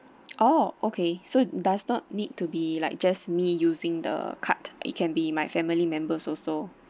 orh okay so does not need to be like just me using the card it can be my family members also